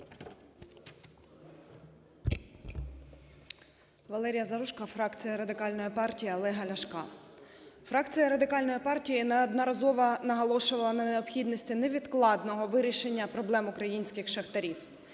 ВалеріяЗаружко, фракція Радикальної партії Олега Ляшка. Фракція Радикальної партії неодноразово наголошувала на необхідності невідкладного вирішення проблем українських шахтарів.